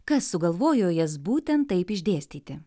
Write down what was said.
kas sugalvojo jas būtent taip išdėstyti